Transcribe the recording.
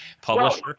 publisher